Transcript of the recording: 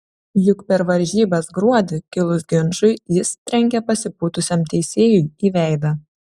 juk per varžybas gruodį kilus ginčui jis trenkė pasipūtusiam teisėjui į veidą